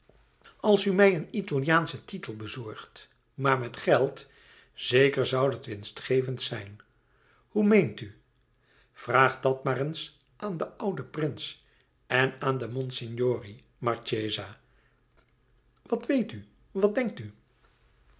als u mij een italiaanschen titel bezorgt maar met geld zeker zoû dat winstgevend zijn hoe meent u vraag dat maar eens aan den ouden prins en aan de monsignori marchesa wat weet u wat denkt u